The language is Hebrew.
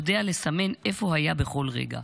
הוא יודע לסמן איפה הוא היה בכל רגע.